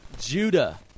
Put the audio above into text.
Judah